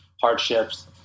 hardships